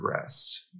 rest